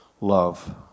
love